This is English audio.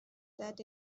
that